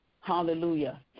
hallelujah